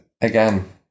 Again